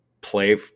play